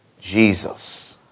Jesus